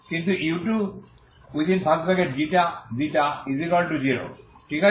কিন্তু u2ξξ0 ঠিক আছে